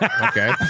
Okay